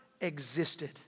existed